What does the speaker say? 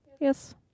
Yes